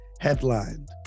headlined